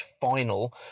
final